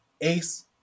Ace